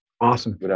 awesome